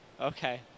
Okay